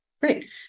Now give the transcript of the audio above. Great